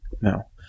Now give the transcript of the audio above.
No